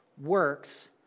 works